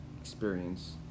experience